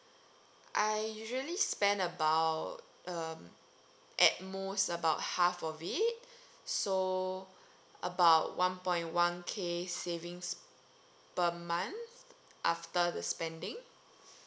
I usually spend about a at most about half of it so about one point one K savings per month after the spending